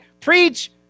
preach